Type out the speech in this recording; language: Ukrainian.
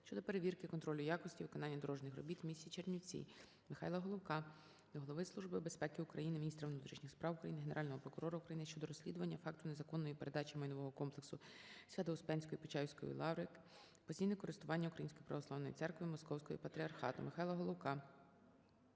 щодо перевірки контролю якості виконання дорожніх робіт у місті Чернівці. Михайла Головка до Голови Служби безпеки України, Міністра внутрішніх справ України, Генерального прокурора України щодо розслідування факту незаконної передачі майнового комплексу Свято - Успенської Почаївської Лаври в постійне користування Українській Православній Церкві Московського Патріархату. Михайла Головка